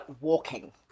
walking